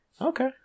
Okay